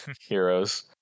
heroes